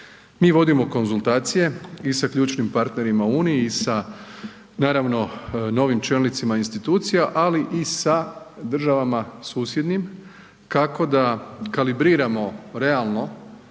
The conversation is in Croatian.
Mi vodimo konzultacije i sa ključnim partnerima u Uniji i sa naravno, novim čelnicima institucija ali i sa državama susjednim kako da kalibriramo realno